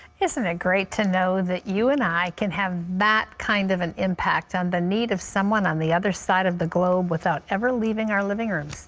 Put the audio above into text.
isn't it great to know that you and i can have that kind of an impact on the need of someone on the other side of the globe without ever leaving our living room?